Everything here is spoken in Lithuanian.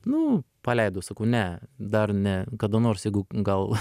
nu paleidau sakau ne dar ne kada nors jeigu gal